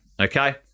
okay